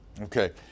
Okay